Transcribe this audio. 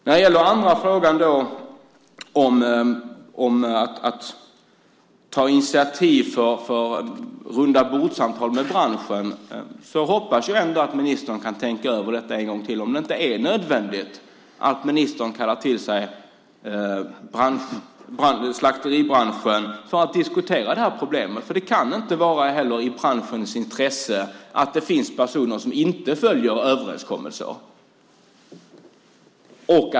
När det gäller den andra frågan om att ta initiativ till rundabordssamtal med branschen hoppas jag ändå att ministern kan tänka över en gång till om det inte är nödvändigt att ministern kallar till sig slakteribranschen för att diskutera det här problemet. Det kan inte vara i branschens intresse att det finns personer som inte följer överenskommelser.